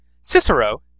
Cicero